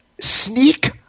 Sneak